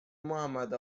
محمد